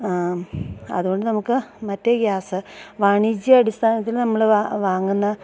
അത്കൊണ്ട് നമുക്ക് മറ്റേ ഗ്യാസ് വാണിജ്യാടിസ്ഥാനത്തിൽ നമ്മൾ വാങ്ങുന്ന